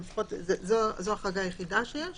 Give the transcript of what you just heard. זו ההחרגה היחידה שיש